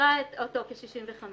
ואישרה אותו כ-65.